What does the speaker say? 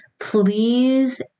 please